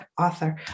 Author